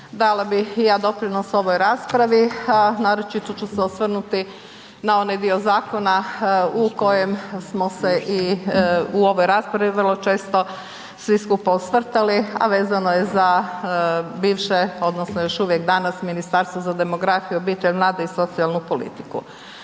Dala bi i ja doprinos ovoj raspravi, a naročito ću se osvrnuti na onaj dio zakona u kojem smo se i u ovoj raspravi vrlo često svi skupa osvrtali a vezano je za bivše odnosno još uvijek danas Ministarstvo za demografiju, obitelj, mlade i socijalnu politiku.